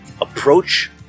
approach